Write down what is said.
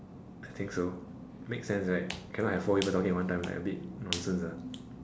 I think so makes sense right cannot have four people talking at one time right like a bit nonsense ah